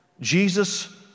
Jesus